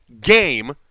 game